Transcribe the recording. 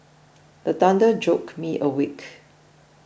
the thunder joke me awake